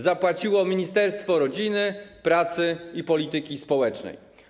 Zapłaciło Ministerstwo Rodziny, Pracy i Polityki Społecznej.